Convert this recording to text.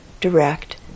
direct